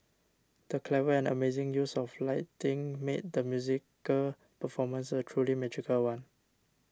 the clever and amazing use of lighting made the musical performance a truly magical one